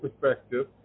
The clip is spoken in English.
perspective